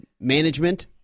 Management